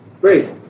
Great